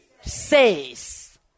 says